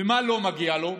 ומה לא מגיע לו?